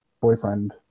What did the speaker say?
boyfriend